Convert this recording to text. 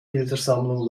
bildersammlung